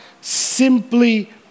simply